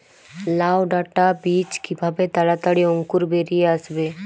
লাউ ডাটা বীজ কিভাবে তাড়াতাড়ি অঙ্কুর বেরিয়ে আসবে?